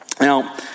Now